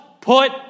put